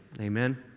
Amen